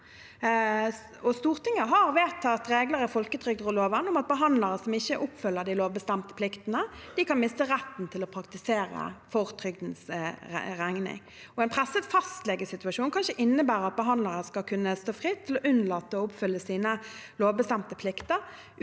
Stortinget har vedtatt regler i folketrygdloven om at behandlere som ikke oppfyller de lovbestemte pliktene, kan miste retten til å praktisere for trygdens regning. En presset fastlegesituasjon kan ikke innebære at behandlere skal kunne stå fritt til å unnlate å oppfylle sine lovbestemte plikter